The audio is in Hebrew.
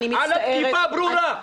על התקיפה הברורה.